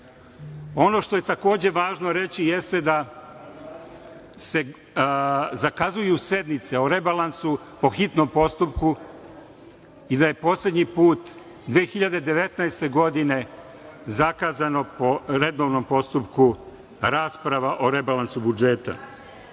što je važno reći jeste da se zakazuju sednice o rebalansu po hitnom postupku i da je poslednji put 2019. godine zakazana po redovnom postupku rasprava o rebalansu budžeta. Što